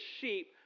sheep